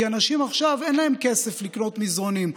כי לאנשים עכשיו אין כסף לקנות מזרונים,